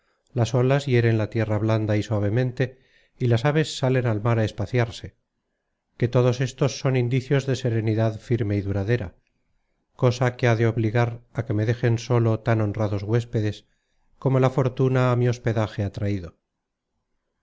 las olas hieren la tierra blanda y suavemente y las aves salen al mar á espaciarse que todos estos son indicios de serenidad firme y duradera cosa que ha de obligar á que me dejen solo tan honrados huéspedes como la fortuna á mi hospedaje